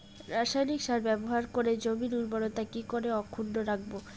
রাসায়নিক সার ব্যবহার করে জমির উর্বরতা কি করে অক্ষুণ্ন রাখবো